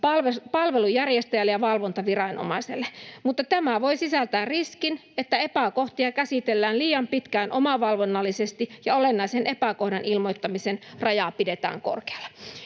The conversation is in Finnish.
palvelunjärjestäjälle ja valvontaviranomaiselle, mutta tämä voi sisältää riskin, että epäkohtia käsitellään liian pitkään omavalvonnallisesti ja olennaisen epäkohdan ilmoittamisen rajaa pidetään korkealla.